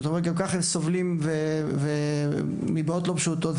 גם כך הם סובלים מבעיות לא פשוטות,